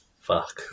Fuck